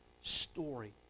story